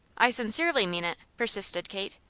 i sincerely mean it, persisted kate.